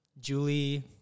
Julie